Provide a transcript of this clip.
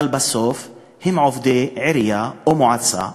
אבל בסוף הם עובדי עירייה או מועצה,